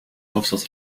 hoofdstad